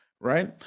right